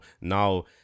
now